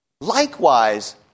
Likewise